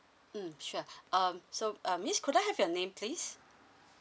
mm sure um so err miss could I have your name please